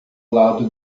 lado